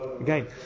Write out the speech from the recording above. Again